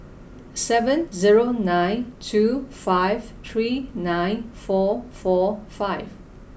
seven zero nine two five three nine four four five